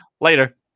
Later